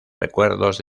recuerdos